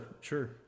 sure